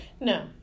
No